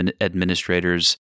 administrators